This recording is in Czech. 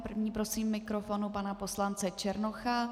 První prosím k mikrofonu pana poslance Černocha.